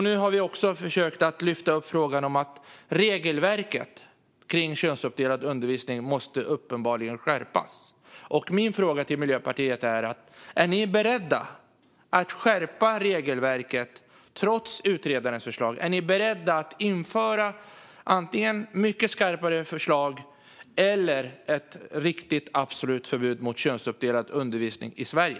Nu har vi försökt lyfta upp frågan om att regelverket kring könsuppdelad undervisning uppenbarligen måste skärpas. Min fråga till Miljöpartiet är om ni är beredda att skärpa regelverket trots utredarens förslag. Är ni beredda att införa antingen mycket skarpare förslag eller ett på riktigt absolut förbud mot könsuppdelad undervisning i Sverige?